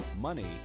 money